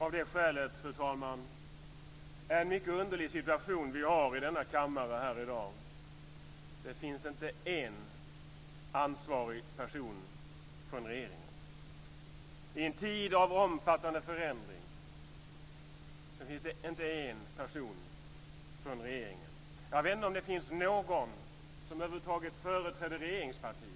Av det skälet är det en mycket underlig situation vi har i denna kammare här i dag. Det finns inte en enda ansvarig person från regeringen. I en tid av omfattande förändring finns det inte en enda person från regeringen. Jag vet inte om det finns någon som över huvud taget företräder regeringspartiet.